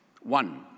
One